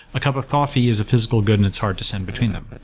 a cup of coffee is a physical good and it's hard to send between them.